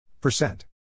percent